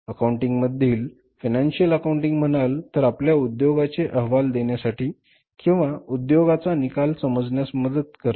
accounting मधील financial accounting म्हणाल तर आपल्याला उद्योगाचे अहवाल देण्यासाठी किंवा उद्योगाचा निकाल समजण्यास मदत करते